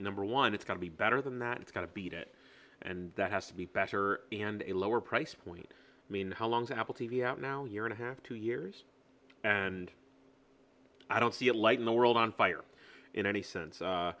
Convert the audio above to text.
number one it's going to be better than that it's got to beat it and that has to be better and a lower price point i mean how long is apple t v out now year and a half two years and i don't see a light in the world on fire in any sense